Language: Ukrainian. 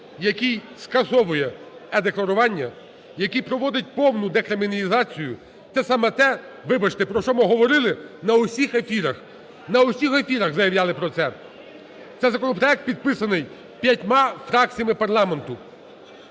який скасовує е-декларування, який проводить повну декриміналізацію, це саме те, вибачте, про що ми говорили на усіх ефірах. На усіх ефірах заявляли про це, цей законопроект підписаний п'ятьма фракціями парламенту.